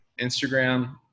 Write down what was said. Instagram